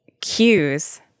cues